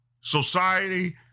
society